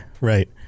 right